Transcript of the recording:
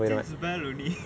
just bell only